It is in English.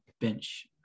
bench